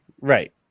Right